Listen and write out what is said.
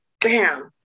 bam